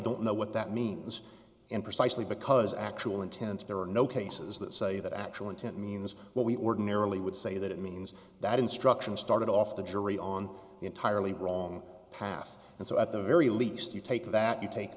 don't know what that means and precisely because actual intent there are no cases that say that actual intent means what we ordinarily would say that it means that instruction started off the jury on entirely wrong path and so at the very least you take that you take